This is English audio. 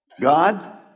God